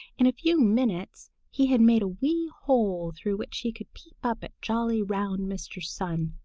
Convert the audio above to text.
in a few minutes he had made a wee hole through which he could peep up at jolly, round mr. sun.